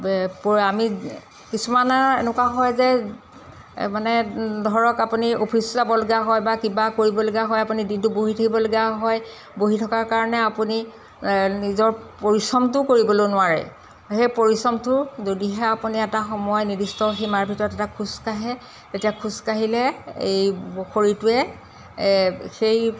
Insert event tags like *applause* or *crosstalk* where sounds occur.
আমি কিছুমানৰ এনেকুৱা হয় যে মানে *unintelligible* ধৰক আপুনি অফিচ যাবলগীয়া হয় বা কিবা কৰিবলগীয়া হয় আপুনি দিনটো বহি থাকিবলগীয়া হয় বহি থকাৰ কাৰণে আপুনি নিজৰ পৰিশ্ৰমটোও কৰিবলৈ নোৱাৰে সেই পৰিশ্ৰমটো যদিহে আপুনি এটা সময় নিৰ্দিষ্ট সীমাৰ ভিতৰত এটা খোজকাঢ়ে তেতিয়া খোজকাঢ়িলে এই শৰীৰটোৱে সেই